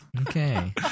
Okay